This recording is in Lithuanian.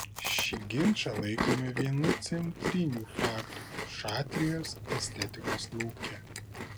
šį ginčą laikome vienu centrinių faktų šatrijos estetikos lauke